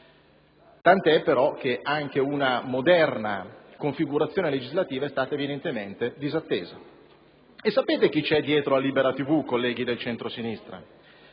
inesistenti. Anche una moderna configurazione legislativa, però, é stata evidentemente disattesa. Sapete chi c'è dietro Libera TV, colleghi del centrosinistra?